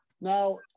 Now